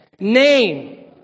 Name